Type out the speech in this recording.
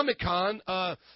Comic-Con